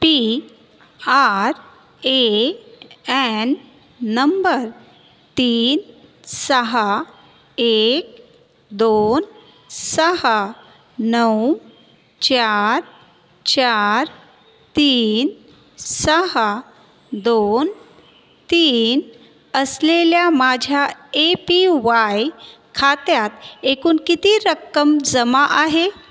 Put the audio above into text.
P R A N number तीन सहा एक दोन सहा नऊ चार चार तीन सहा दोन तीन असलेल्या माझ्या ए पी वाय खात्यात एकूण किती रक्कम जमा आहे